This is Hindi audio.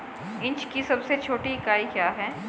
इंच की सबसे छोटी इकाई क्या है?